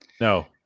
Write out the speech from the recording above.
No